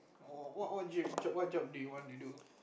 oh what what gym what job do you want to do